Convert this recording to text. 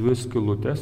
dvi skylutes